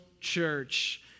church